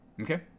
Okay